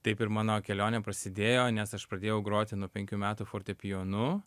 taip ir mano kelionė prasidėjo nes aš pradėjau groti nuo penkų metų fortepijonu